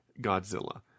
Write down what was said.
godzilla